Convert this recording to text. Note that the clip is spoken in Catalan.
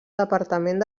departament